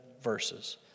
verses